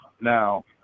Now